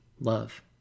love